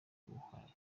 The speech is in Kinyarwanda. ubuhake